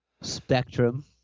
Spectrum